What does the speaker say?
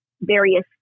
various